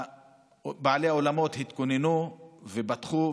בעלי האולמות פתחו,